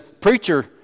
preacher